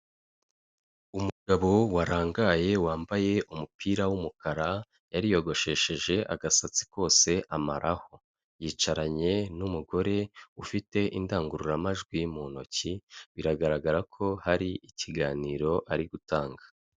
Umugabo warangaye wambaye umupira w'umukara, yariyogoshesheje agasatsi kose amararaho, yicaranye n'umugore ufite indangururamajwi mu ntoki, biragaragara ko hari ikiganiro ari gutanga.